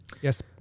Yes